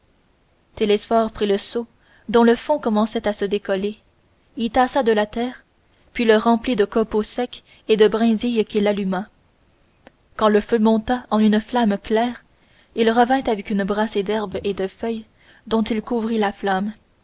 télesphore prit le seau dont le fond commençait à se décoller y tassa de la terre puis le remplit de copeaux secs et de brindilles qu'il alluma quand le feu monta en une flamme claire il revint avec une brassée d'herbes et de feuilles dont il couvrit la flamme